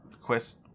quest